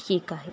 ठीक आहे